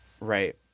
Right